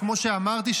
כמו שאמרתי,